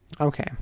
okay